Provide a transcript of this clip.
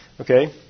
Okay